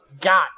got